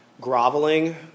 groveling